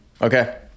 Okay